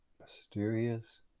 Mysterious